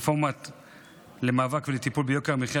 רפורמה למאבק ולטיפול ביוקר המחיה